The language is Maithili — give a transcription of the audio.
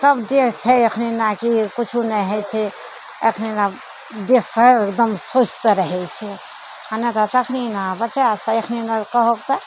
तब देह छै अखनी नाकि कुछो नहि होइ छै एखनी आब देह छै एकदम सुस्त रहय छै आओर नहि तऽ तखनी बच्चा सब एखनीने कहब तऽ